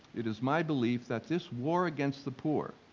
it is my belief that this war against the poor